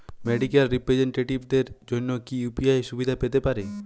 Medical রিপ্রেজন্টেটিভদের জন্য কি ইউ.পি.আই সুবিধা পেতে পারে?